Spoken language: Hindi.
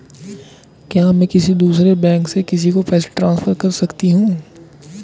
क्या मैं किसी दूसरे बैंक से किसी को पैसे ट्रांसफर कर सकती हूँ?